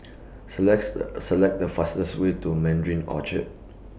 selects The A Select The fastest Way to Mandarin Orchard